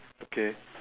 okay